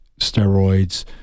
steroids